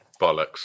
Bollocks